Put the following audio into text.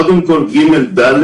ג'-ד'